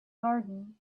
garden